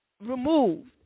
removed